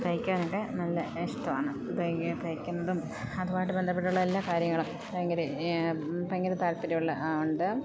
തയ്ക്കാനൊക്കെ നല്ല ഇഷ്ടമാണ് തയ്ക്കുന്നതും അതുമായിട്ട് ബന്ധപ്പെട്ടുള്ള എല്ലാ കാര്യങ്ങളും ഭയങ്കര ഭയങ്കര താല്പര്യമുള്ളത് ഉണ്ട്